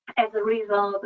as a result,